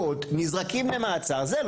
להגיד בתגובה שזה רק תמונה חלקית זה לא